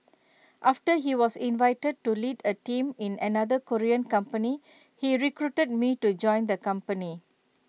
after he was invited to lead A team in another Korean company he recruited me to join the company